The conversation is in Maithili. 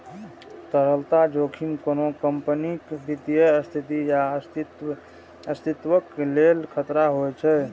तरलता जोखिम कोनो कंपनीक वित्तीय स्थिति या अस्तित्वक लेल खतरा होइ छै